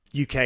UK